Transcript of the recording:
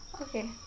okay